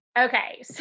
Okay